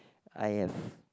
I have